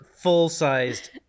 full-sized